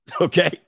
okay